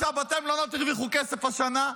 בתי מלון הרוויחו כסף השנה,